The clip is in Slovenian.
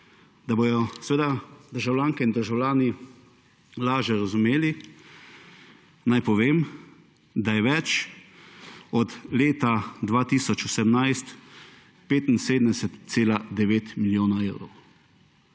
Da bodo državljanke in državljani lažje razumeli, naj povem, da je več od leta 2018 75,9 milijona evrov.